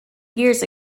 years